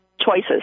choices